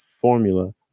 formula